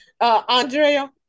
Andrea